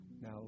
Now